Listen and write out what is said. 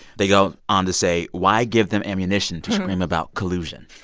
they go on to say, why give them ammunition to scream about collusion?